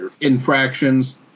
infractions